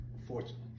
unfortunately